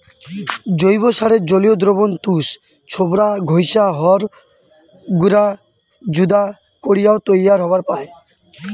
জৈব সারের জলীয় দ্রবণ তুষ, ছোবড়া, ঘইষা, হড় গুঁড়া যুদা করিয়াও তৈয়ার হবার পায়